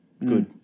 Good